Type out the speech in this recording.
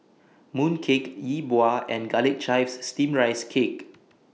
Mooncake Yi Bua and Garlic Chives Steamed Rice Cake